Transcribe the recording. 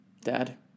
Dad